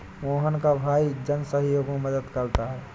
मोहन का भाई जन सहयोग में मदद करता है